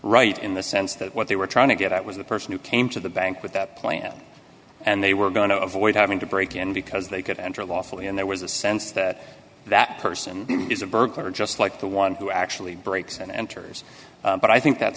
right in the sense that what they were trying to get at was the person who came to the bank with that plan and they were going to avoid having to break in because they could enter lawfully and there was a sense that that person is a burglar just like the one who actually breaks and enters but i think that